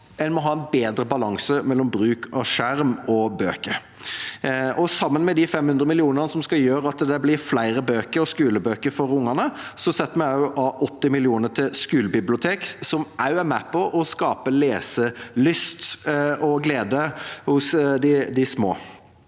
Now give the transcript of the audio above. en må ha en bedre balanse mellom bruk av skjerm og bøker. Sammen med de 500 mill. kr som skal gjøre at det blir flere bøker og skolebøker for barna, setter vi også av 80 mill. kr til skolebibliotek, som også er med på å skape leselyst og -glede hos de små.